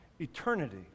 eternity